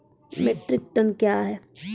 Metric tonne कया हैं?